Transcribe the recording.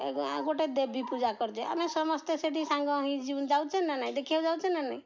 ଏ ଆଉ ଗୋଟେ ଦେବୀ ପୂଜା କରଦିଅ ଆମେ ସମସ୍ତେ ସେଠି ସାଙ୍ଗ ହେଇଁ ଯାଉଛେ ନା ନଁ ଦେଖିବାକୁ ଯାଉଛେ ନା ନାଇଁ